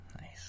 Nice